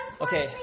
Okay